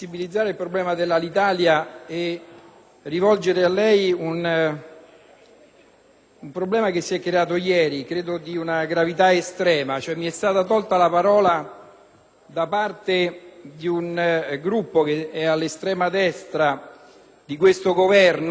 situazione che si è creata ieri, che credo sia di una gravità estrema: mi è stata tolta la parola da parte di un Gruppo che è all'estrema destra di questo Governo e che ha intimorito i due Presidenti di